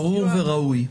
ברור וראוי.